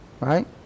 Right